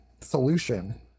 solution